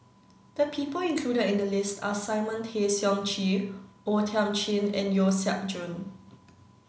the people included in the list are Simon Tay Seong Chee O Thiam Chin and Yeo Siak Goon